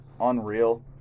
unreal